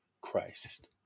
Christ